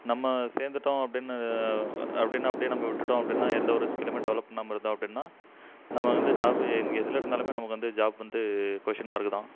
நம்ம சேர்ந்துட்டோம் அப்படின்னு அப்படின்னு அப்படியே நம்ம விட்டுவிட்டோம் அப்படின்னா எந்த ஒரு ஸ்கில்லுமே டெவலப் பண்ணாமல் இருந்தோம் அப்படின்னா நம்ம வந்து ஜாபு எங்கள் எதில் இருந்தாலுமே நமக்கு வந்து ஜாப் வந்து கொஷின் மார்க்கு தான்